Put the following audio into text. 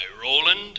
Roland